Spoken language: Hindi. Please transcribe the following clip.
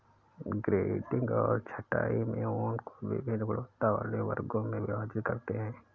ग्रेडिंग और छँटाई में ऊन को वभिन्न गुणवत्ता वाले वर्गों में विभाजित करते हैं